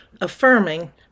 affirming